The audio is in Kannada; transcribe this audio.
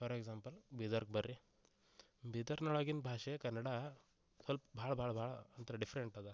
ಪರ್ ಎಕ್ಸಾಂಪಲ್ ಬೀದರ್ಗೆ ಬರ್ರಿ ಬೀದರ್ನೊಳಗಿನ ಭಾಷೆ ಕನ್ನಡ ಸ್ವಲ್ಪ್ ಭಾಳ ಭಾಳ ಭಾಳ ಒಂಥರ ಡಿಫ್ರೆಂಟ್ ಅದ